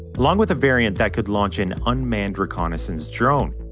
along with a variant that could launch an unmanned reconnaissance drone.